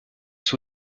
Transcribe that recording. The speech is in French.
sous